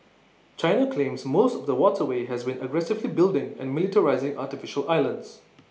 China claims most of the waterway and has been aggressively building and militarising artificial islands